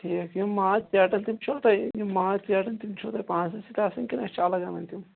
ٹھیٖک یِم ماز ژیٹان چھِ تِم چھِوٕ تُہۍ یِم ماز ژیٹان تِم چھِوٕ تُہۍ پانسٕے سٟتۍ آسان کِنہٕ اَسہِ چھِ الگ انٕنی تِم